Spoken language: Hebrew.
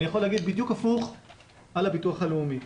אני יכול להגיד בדיוק הפוך על הביטוח הלאומי.